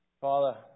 Father